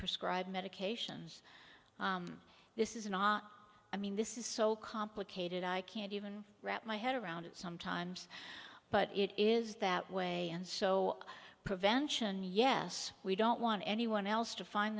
prescribed medications this is not i mean this is so complicated i can't even wrap my head around it sometimes but it is that way and so prevention yes we don't want anyone else to find